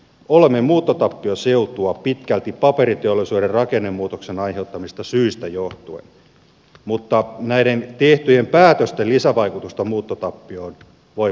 olemme muuttotappioseutua pitkälti paperiteollisuuden rakennemuutoksen aiheuttamista syistä johtuen mutta näiden tehtyjen päätösten lisävaikutusta muuttotappioon voi vain arvailla